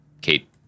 Kate